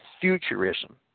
futurism